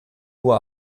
uhr